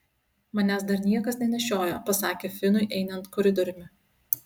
manęs dar niekas nenešiojo pasakė finui einant koridoriumi